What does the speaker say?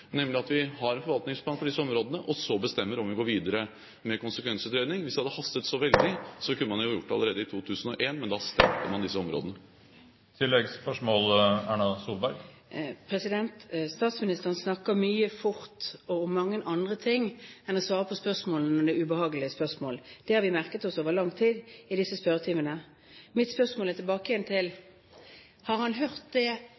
Vi har en forvaltningsplan for disse områdene, og så bestemmer vi om vi går videre med konsekvensutredning. Hvis det hadde hastet så veldig, kunne man jo gjort det allerede i 2001, men da stengte man disse områdene. Statsministeren snakker mye og fort om mange andre ting enn å svare på spørsmålene når det er ubehagelige spørsmål. Det har vi merket oss over lang tid i disse spørretimene. Mitt spørsmål er igjen: Har statsministeren hørt det